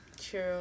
True